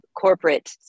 corporate